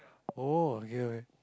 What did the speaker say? oh okay okay